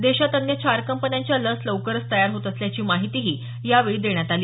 देशात अन्य चार कंपन्यांच्या लस लवकरच तयार होत असल्याची माहितीही यावेळी देण्यात आली